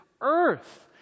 earth